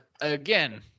again